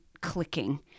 clicking